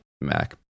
Mac